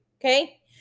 okay